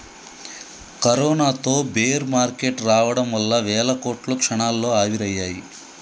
కరోనాతో bear market రావడం వల్ల వేల కోట్లు క్షణాల్లో ఆవిరయ్యాయి